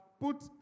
put